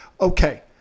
Okay